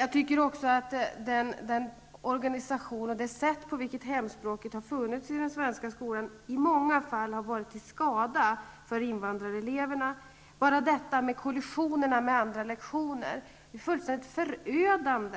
I många fall har organisationen och det sätt på vilket hemspråksundervisning har bedrivits i den svenska skolan varit till skada för invandrareleverna. Ta bara detta med kollisionerna med andra lektioner! Det är fullständigt omöjligt